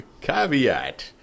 Caveat